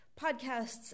podcasts